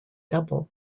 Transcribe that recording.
double